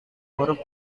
huruf